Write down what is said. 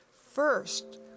First